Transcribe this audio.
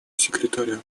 секретаря